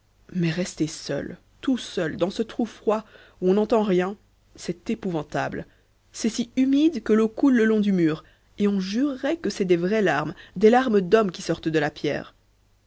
mais rester seul tout seul dans ce trou froid où on n'entend rien c'est épouvantable c'est si humide que l'eau coule le long du mur et on jurerait que c'est des vraies larmes des larmes d'homme qui sortent de la pierre